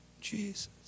Jesus